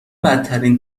بدترین